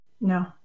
No